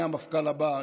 מהמפכ"ל הבא,